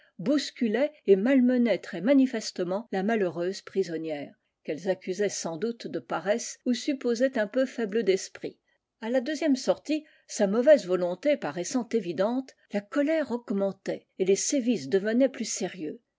bousculaient et malmenaient très manifestement la malheureuse prisonnière qu'elles accusaient sans doule de paresse ou supposaient un peu faible d'esprit a la deuxième sortie sa mauvaise volonté paraissant évidente la colère augmentait et les sévices devenaient plus sérieux